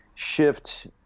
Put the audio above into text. shift